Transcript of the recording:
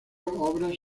obras